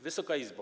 Wysoka Izbo!